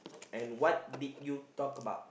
and what did you talk about